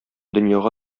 дөньяга